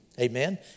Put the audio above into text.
Amen